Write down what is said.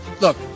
Look